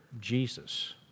Jesus